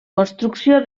construcció